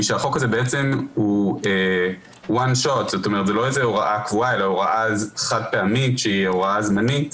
החוק הזה הוא לא הוראה קבועה אלא הוראה חד פעמית שהיא הוראה זמנית